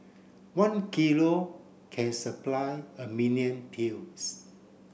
one kilo can supply a million pills